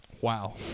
Wow